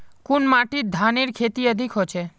कुन माटित धानेर खेती अधिक होचे?